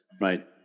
right